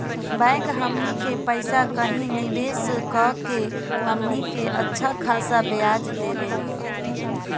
bank हमनी के पइसा कही निवेस कऽ के हमनी के अच्छा खासा ब्याज देवेला